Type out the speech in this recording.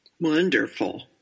Wonderful